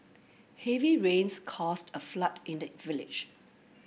heavy rains caused a flood in the village